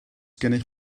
gennych